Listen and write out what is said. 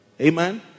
Amen